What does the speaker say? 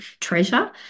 Treasure